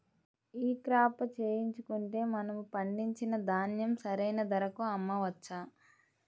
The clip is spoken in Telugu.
ఈ క్రాప చేయించుకుంటే మనము పండించిన ధాన్యం సరైన ధరకు అమ్మవచ్చా?